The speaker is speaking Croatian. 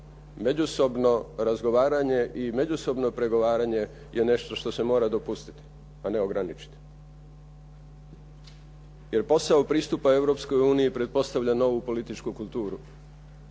međusobno razgovaranje i međusobno pregovaranje je nešto što se mora dopustiti, a ne ograničiti. Jer posao pristupa Europskoj uniji pretpostavlja novu političku kulturu,